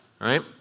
right